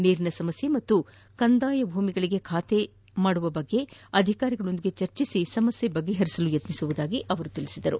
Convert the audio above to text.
ನೀರಿನ ಸಮಸ್ಯೆ ಹಾಗೂ ಕಂದಾಯ ಭೂಮಿಗಳಿಗೆ ಖಾತೆ ಮಾಡುವ ಬಗ್ಗೆ ಅಧಿಕಾರಿಗಳೊಂದಿಗೆ ಚರ್ಚಿಸಿ ಸಮಸ್ಯೆ ಬಗೆಹರಿಸಲು ಪ್ರಯತ್ನಸುವುದಾಗಿ ತಿಳಿಸಿದರು